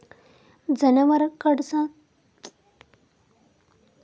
जनावरांकडसून मिळालेल्या नैसर्गिक रेशांचो उपयोग कपडा उद्योगात करतत